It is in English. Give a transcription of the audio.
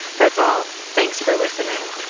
that's all. thanks for listening.